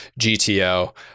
gto